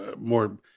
more